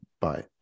Bye